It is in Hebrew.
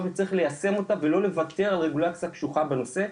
וצריך ליישם אותה ולא לוותר על רגולציה קשוחה בנושא.